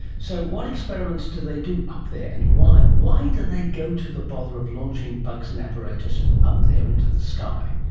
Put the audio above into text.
so what experiments do they do up there, and why why do they go to the bother of launching bugs and apparatus up there into the sky?